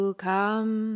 come